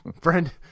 friend